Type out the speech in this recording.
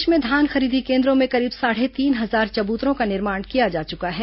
प्रदेश में धान खरीदी केन्द्रों में करीब साढ़े तीन हजार चबूतरों का निर्माण किया जा चुका है